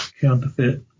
counterfeit